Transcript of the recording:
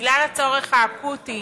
בגלל הצורך האקוטי